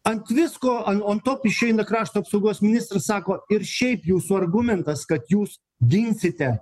ant visko a on top išeina krašto apsaugos ministras sako ir šiaip jūsų argumentas kad jūs ginsite